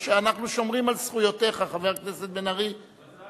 אנחנו שומרים על זכויותיך, חבר הכנסת בן-ארי, מזל.